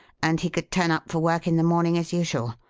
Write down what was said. and he could turn up for work in the morning as usual.